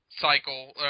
cycle